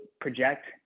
project